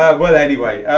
well anyway,